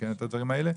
לתקן את הדברים האלה,